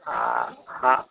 आ हॅं